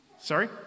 Sorry